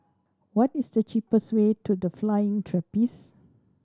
what is the cheapest way to The Flying Trapeze